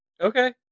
Okay